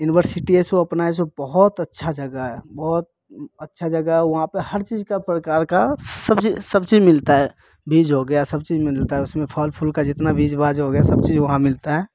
university है सो अपना है सो बहुत अच्छा जगह है बहुत अच्छा जगह है वहाँ पे हर चीज़ का प्रकार का सब चीज़ सब चीज़ मिलता है बीज हो गया सब चीज़ मिलता है उसमें फल फूल का जितना बीज बाज हो गया सब चीज़ वहाँ मिलता है